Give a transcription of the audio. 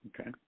okay